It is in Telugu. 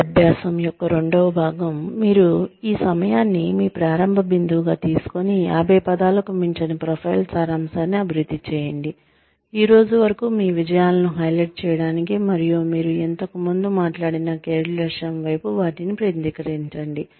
ఈ అభ్యాసం యొక్క రెండవ భాగం మీరు ఈ సమయాన్ని మీ ప్రారంభ బిందువుగా తీసుకొని 50 పదాలకు మించని ప్రొఫైల్ సారాంశాన్ని అభివృద్ధి చేయండి ఈ రోజు వరకు మీ విజయాలను హైలైట్ చేయడానికి మరియు మీరు ఇంతకు ముందు మాట్లాడిన కెరీర్ లక్ష్యం వైపు వాటిని కేంద్రీకరించండి